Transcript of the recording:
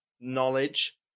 knowledge